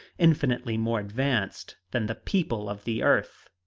infinitely more advanced than the people of the earth,